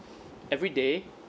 everyday